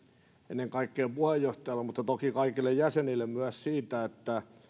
ennen kaikkea puheenjohtajalle mutta myös toki kaikille jäsenille siitä että tämä prosessi